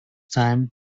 time